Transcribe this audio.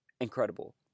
incredible